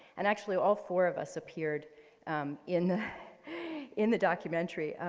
and actually all four of us appeared in in the documentary.